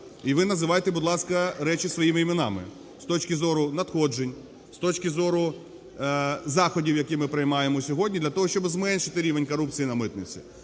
І ви називайте, будь ласка, речі своїми іменами з точки зору надходжень, з точки зору заходів, які ми приймаємо сьогодні для того, щоб зменшити рівень корупції на митниці.